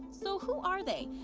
so who are they?